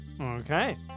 Okay